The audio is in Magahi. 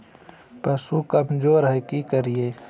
पशु कमज़ोर है कि करिये?